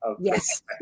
Yes